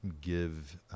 give